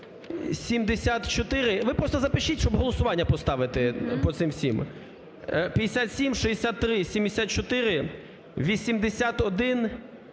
Ви просто запишіть, щоб голосування поставити по цим всім: 57, 63, 74, 81,